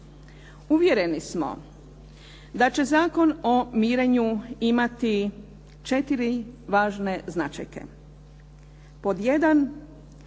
Uvjereni smo da će Zakon o mirenju imati četiri važne značajke.